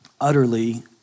utterly